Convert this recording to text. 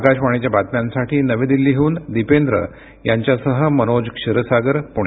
आकाशवाणीच्या बातम्यांसाठी नवी दिल्लीहून दिपेंद्र यांच्यासह मनोज क्षीरसागर पुणे